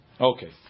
okay